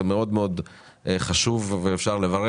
זה מאוד חשוב ואפשר לברך.